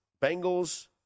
Bengals